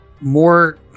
more